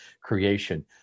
creation